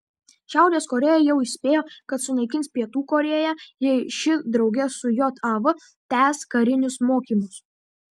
šiaurės korėja jau įspėjo kad sunaikins pietų korėją jei ši drauge su jav tęs karinius mokymus